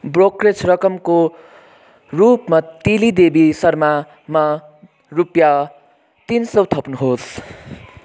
brokerage रकमको रूपमा तिली देवी शर्मामा रुपियाँ तिन सय थप्नुहोस्